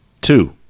Two